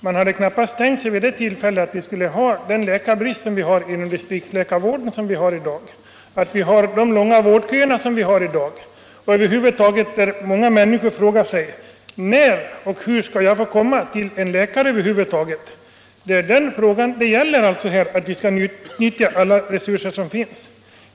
Man kunde vid det tillfället knappast tänka sig att vi skulle få den läkarbrist inom distriktsläkarvården som vi har i dag, att vi skulle ha långa vårdköer eller att många människor skulle behöva fråga sig när och hur de över huvud taget skall få komma till en läkare. Det är detta frågan gäller, och vi måste utnyttja alla resurser som finns.